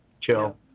chill